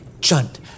Chunt